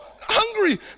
hungry